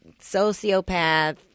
sociopath